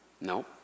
No